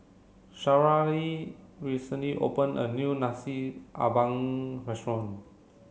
Sharyl recently opened a new Nasi Ambeng restaurant